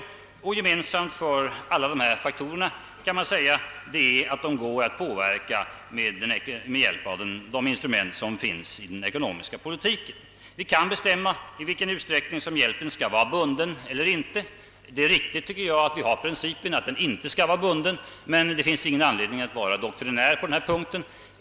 Man kan säga att gemensamt för alla dessa faktorer är att de går att påverka med de instrument som finns i den ekonomiska politiken. Vi kan bestämma i vilken utsträckning hjälpen skall vara bunden eller inte. Jag tycker det är riktigt att ha den principen att hjälpen inte skall vara bunden, men det finns ingen anledning att vara doktrinär på den punkten.